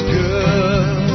good